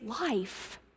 life